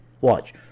Watch